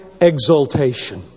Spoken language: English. exaltation